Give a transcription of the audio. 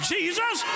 Jesus